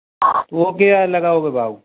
वह क्या लगाओगे भाव